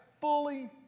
fully